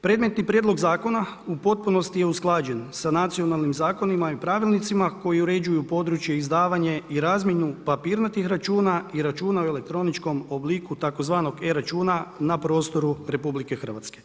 Predmetni prijedlog zakona u potpunosti je usklađen sa nacionalnim zakonima i pravilnicima koji uređuju područje, izdavanje i razmjenu papirnatih računa i računa u elektroničkom obliku tzv. e-računa na prostoru RH.